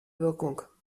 wirkung